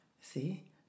see